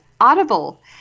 audible